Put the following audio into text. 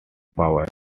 power